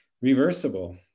reversible